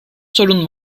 sorun